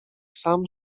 sam